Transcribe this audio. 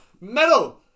Metal